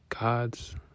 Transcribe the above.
God's